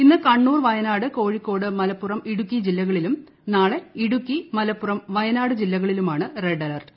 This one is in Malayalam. ഇന്ന് കണ്ണൂർ വയന്യൂട് കോഴിക്കോട് മലപ്പുറം ഇടുക്കി ജില്ലകളിലും നാളെ ഇടുക്കി ്രമലപ്പുറം വയനാട് ജില്ലകളിലുമാണ് റെഡ് അലർട്ട്